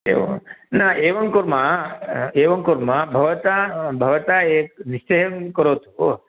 एवं न एवं कुर्मः एवं कुर्म भवता भवता एक निश्चयं करोतु